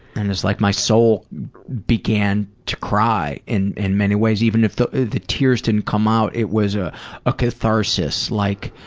and it's like my soul began to cry in in many ways even if the the tears didn't come out, it was a ah catharsis. like,